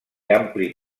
ampli